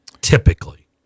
Typically